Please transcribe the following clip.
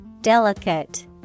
Delicate